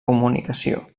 comunicació